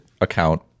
account